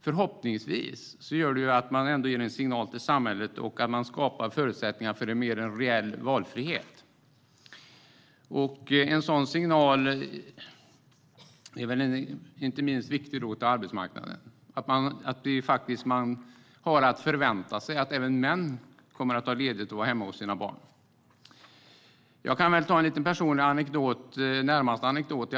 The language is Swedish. Förhoppningsvis ger det en signal till samhället och skapar förutsättningar för en mer reell valfrihet. Det är en viktig signal inte minst till arbetsmarknaden, som kan förvänta sig att även män kommer att ta ledigt för att vara hemma hos sina barn. Jag har en personlig liten anekdot.